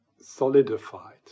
solidified